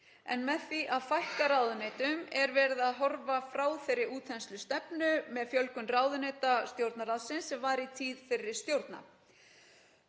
en með því að fækka ráðuneytum er verið að horfa frá þeirri útþenslustefnu með fjölgun ráðuneyta Stjórnarráðsins sem var í tíð fyrri stjórna.